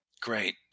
Great